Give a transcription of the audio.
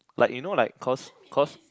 like you know like cause cause